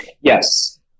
Yes